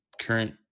current